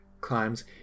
climbs